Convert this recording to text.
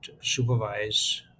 supervise